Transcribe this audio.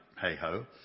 hey-ho